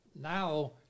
Now